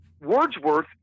Wordsworth